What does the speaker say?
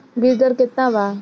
बीज दर केतना वा?